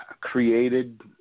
created